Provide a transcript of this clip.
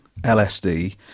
LSD